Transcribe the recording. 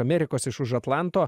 amerikos iš už atlanto